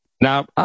Now